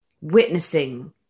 witnessing